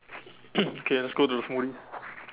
okay let's go to the smoothie